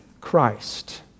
Christ